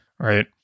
right